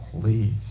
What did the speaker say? please